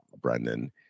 Brendan